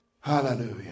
Hallelujah